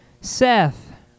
Seth